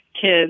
kids